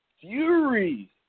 Fury